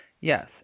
yes